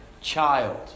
child